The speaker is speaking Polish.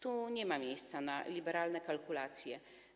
Tu nie ma miejsca na liberalne kalkulacje.